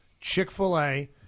Chick-fil-A